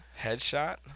headshot